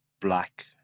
black